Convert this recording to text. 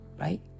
right